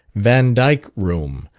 vandyck room,